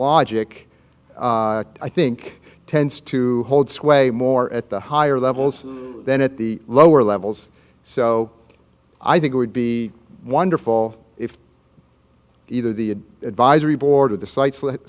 logic i think tends to hold sway more at the higher levels than at the lower levels so i think it would be wonderful if either the advisory board of the site's